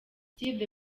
see